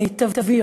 מיטבי.